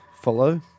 Follow